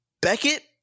Beckett